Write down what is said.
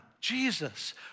Jesus